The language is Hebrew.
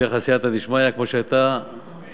שתהיה לך סייעתא דשמיא כמו שהייתה לקודמים.